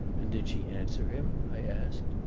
and did she answer him? i asked,